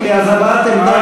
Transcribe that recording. בדברי, לוועדת הפנים.